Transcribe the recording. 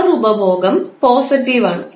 power ഉപഭോഗം positive ആണ്